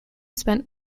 spent